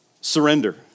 surrender